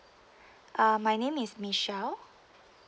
uh my name is Michelle